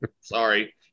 sorry